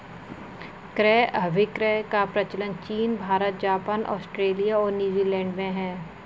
क्रय अभिक्रय का प्रचलन चीन भारत, जापान, आस्ट्रेलिया और न्यूजीलैंड में है